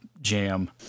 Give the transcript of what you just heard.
jam